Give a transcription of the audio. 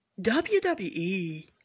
WWE